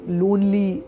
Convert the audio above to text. lonely